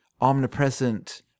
omnipresent